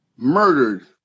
murdered